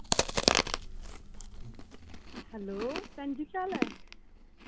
hello भैन जी केह् हाल ऐ